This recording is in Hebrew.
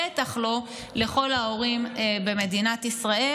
בטח שלא לכל ההורים במדינת ישראל.